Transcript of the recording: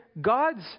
god's